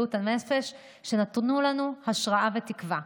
בבריאות הנפש שנתנו לנו השראה ותקווה.